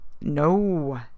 no